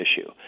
issue